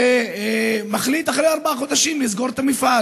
והוא מחליט אחרי ארבעה חודשים לסגור את המפעל.